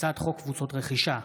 הצעת חוק קבוצות רכישה,